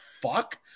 fuck